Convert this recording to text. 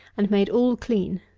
and made all clean.